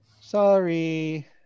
Sorry